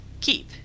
Keep